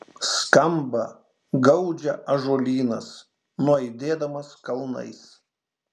skamba gaudžia ąžuolynas nuaidėdamas kalnais